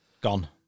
Gone